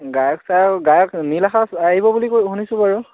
গায়ক চায়ক গায়ক নীল আকাশ আহিব বুলি কৈ শুনিছো বাৰু